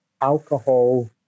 alcohol